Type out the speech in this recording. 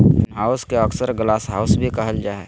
greenhouse के अक्सर glasshouse भी कहल जा हइ